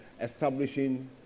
establishing